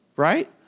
right